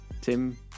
Tim